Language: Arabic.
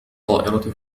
الطائرة